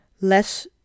less